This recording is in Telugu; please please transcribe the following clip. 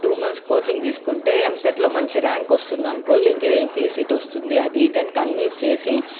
టూ మంత్స్ కోచింగ్ తీసుకుంటే ఎంసెట్లో మంచి ర్యాంక్ వస్తుంది అంకుల్ ఇంజినీరింగ్ ఫ్రీ సీట్ వస్తుంది అది ఇది అని కన్వెన్స్ చేసి